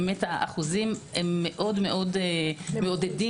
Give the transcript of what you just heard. באמת האחוזים מאוד מעודדים.